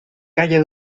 calla